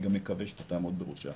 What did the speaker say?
אני גם מקווה שאתה תעמוד בראשה